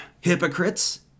Hypocrites